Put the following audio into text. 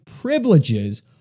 privileges